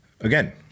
Again